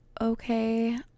okay